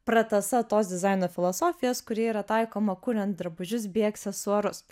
pratasa tos dizaino filosofijos kuri yra taikoma kuriant drabužius bei aksesuarus